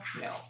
no